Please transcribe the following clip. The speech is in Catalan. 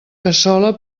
cassola